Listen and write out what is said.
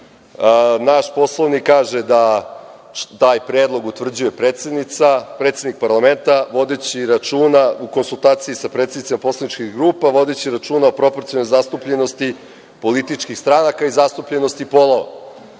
Poslovnik kaže da taj predlog utvrđuje predsednica, predsednik parlamenta vodeći računa u konsultaciji sa predsednicima poslaničkih grupa, vodeći računa o proporcionalnoj zastupljenosti političkih stranaka i zastupljenosti polova.Za